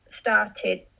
started